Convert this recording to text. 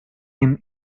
him